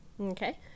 Okay